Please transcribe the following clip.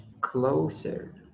closer